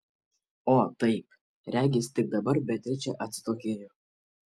o taip regis tik dabar beatričė atsitokėjo